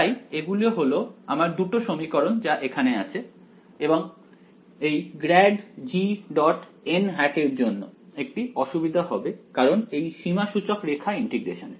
তাই এগুলো হল আমার দুটো সমীকরণ যা এখানে আছে এবং এই grad g dot n hat এর জন্য একটি অসুবিধা হবে কারণ এই সীমাসূচক রেখা ইন্টিগ্রেশন এ